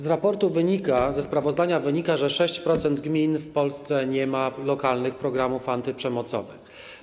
Z raportu, ze sprawozdania wynika, że 6% gmin w Polsce nie ma lokalnych programów antyprzemocowych.